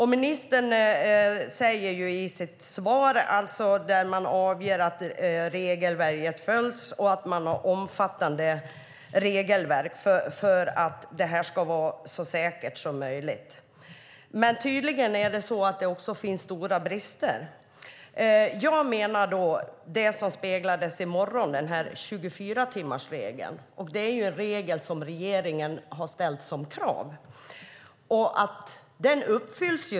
Ministern säger i sitt svar att regelverket följs och att man har omfattande regelverk för att det här ska vara så säkert som möjligt. Men tydligen finns det också stora brister. Jag menar att det som speglades i morse om 24-timmarsregeln - en regel som regeringen ställt som krav - tydligen inte uppfylls.